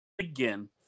Again